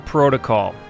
Protocol